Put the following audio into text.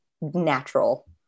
natural